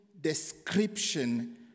description